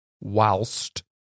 whilst